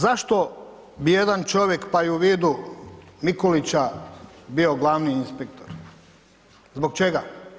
Zašto bi jedan čovjek pa i u vidu Mikulića bio glavni inspektor, zbog čega?